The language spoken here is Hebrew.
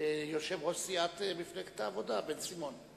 יושב-ראש סיעת מפלגת העבודה, בן-סימון.